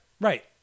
Right